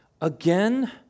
again